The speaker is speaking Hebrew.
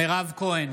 בעד מירב כהן,